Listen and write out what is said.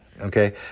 okay